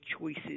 choices